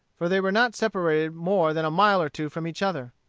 for they were not separated more than a mile or two from each other.